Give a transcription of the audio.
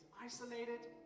isolated